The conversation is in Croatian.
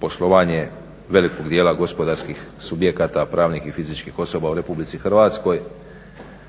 poslovanje velikog dijela gospodarskih subjekata, pravnih i fizičkih osoba u Republici Hrvatskoj.